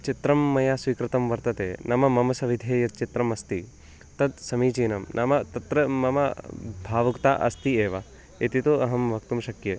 चित्रं मया स्वीकृतं वर्तते नाम मम सविधे यत् चित्रम् अस्ति तद् समीचीनं नाम तत्र मम भावुकता अस्ति एव इति तु अहं वक्तुं शक्ये